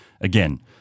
again